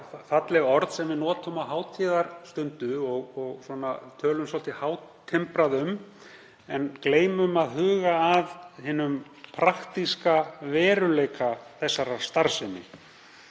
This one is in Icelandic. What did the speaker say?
falleg orð sem við notum á hátíðarstundu og tölum svolítið hátimbrað um en gleymum að huga að hinum praktíska veruleika starfseminnar